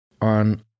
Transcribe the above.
on